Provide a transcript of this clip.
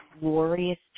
glorious